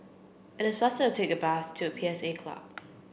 it is faster to take the bus to P S A Club